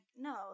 no